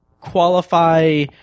qualify